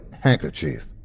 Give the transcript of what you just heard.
handkerchief